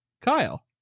kyle